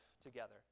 together